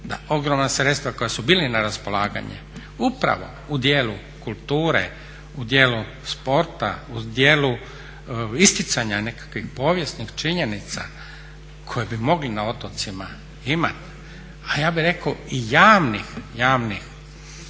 da ogromna sredstva koja su bila na raspolaganju upravo u dijelu kulture, u dijelu sporta, u dijelu isticanja nekakvih povijesnih činjenica koje bi mogli na otocima imati, a ja bih rekao javnih